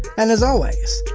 and as always,